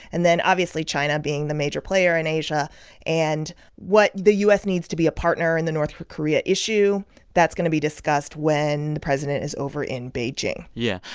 and then, obviously, china, being the major player in asia and what the u s. needs to be a partner in the north korea issue that's going to be discussed when the president is over in beijing yeah,